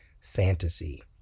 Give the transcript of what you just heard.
fantasy